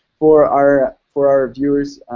for our for our viewers.